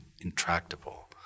intractable